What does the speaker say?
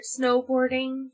snowboarding